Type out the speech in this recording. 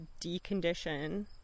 decondition